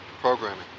Programming